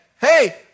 hey